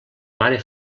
mare